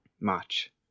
March